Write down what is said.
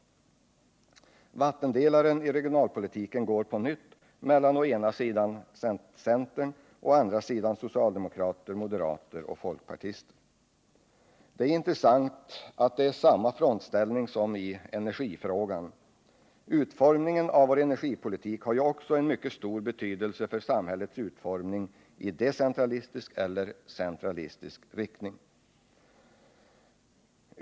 Vattendelaren i regionalpolitiken går på nytt mellan å ena sidan centern och å andra sidan socialdemokraterna, moderaterna och folkpartiet. Det är intressant att notera att det är samma frontställning som i energifrågan. Utformningen av vår energipolitik har ju också mycket stor betydelse för samhällets utformning i decentralistisk eller centralistisk riktning.